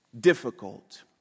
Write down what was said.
difficult